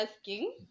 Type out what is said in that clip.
asking